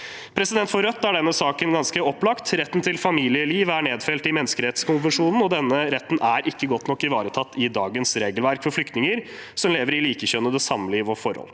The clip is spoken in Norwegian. syn. For Rødt er denne saken ganske opplagt. Retten til familieliv er nedfelt i menneskerettskonvensjonen, og denne retten er ikke godt nok ivaretatt i dagens regelverk for flyktninger som lever i likekjønnede samliv og forhold.